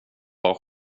bad